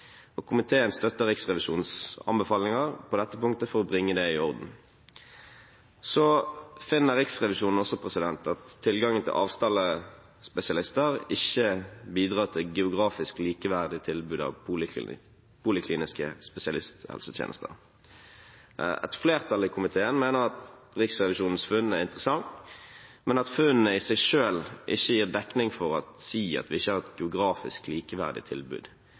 Komiteen støtter Riksrevisjonens anbefalinger på dette punktet for å bringe det i orden. Riksrevisjonen finner også at tilgangen til avtalespesialister ikke bidrar til geografisk likeverdig tilbud av polikliniske spesialisthelsetjenester. Et flertall i komiteen mener at Riksrevisjonens funn er interessante, men at funnene i seg selv ikke gir dekning for å si at vi ikke har et geografisk likeverdig tilbud.